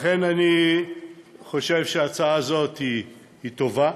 לכן, אני חושב שההצעה הזאת טובה,